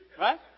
right